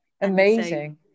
Amazing